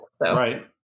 Right